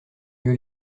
lieu